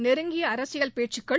நெருங்கிய அரசியல் பேச்சுக்கள்